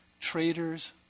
traitors